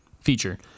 feature